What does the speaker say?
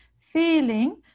feeling